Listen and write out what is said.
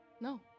No